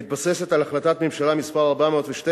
המתבססת על החלטת ממשלה מס' 412